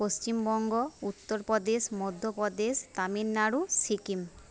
Paschimbanga Uttar Pradesh Madhya Pradesh Tamil Nadu Sikkim